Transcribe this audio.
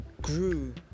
grew